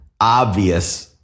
obvious